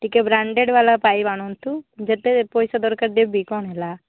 ଟିକେ ବ୍ରାଣ୍ଡେଡ଼୍ ବାଲା ପାଇପ୍ ଆଣନ୍ତୁ ଯେତେ ପଇସା ଦରକାର ଦେବି କ'ଣ ହେଲା